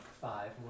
five